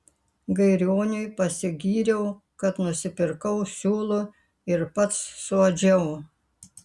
gairioniui pasigyriau kad nusipirkau siūlų ir pats suadžiau